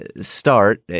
start